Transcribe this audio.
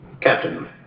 Captain